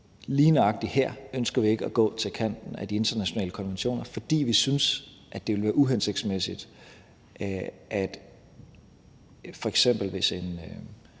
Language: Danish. lige nøjagtig her ønsker vi ikke at gå til kanten af de internationale konventioner, for vi synes, at det ville være uhensigtsmæssigt. Det kunne f.eks. være en